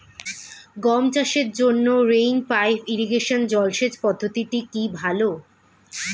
গম চাষের জন্য রেইন পাইপ ইরিগেশন জলসেচ পদ্ধতিটি কি ভালো?